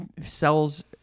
sells